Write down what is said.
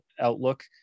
outlook